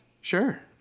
Sure